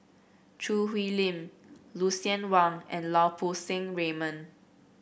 Choo Hwee Lim Lucien Wang and Lau Poo Seng Raymond